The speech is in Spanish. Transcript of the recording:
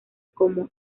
como